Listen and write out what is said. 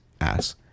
ass